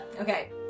okay